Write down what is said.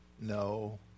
no